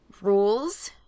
rules